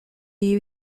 you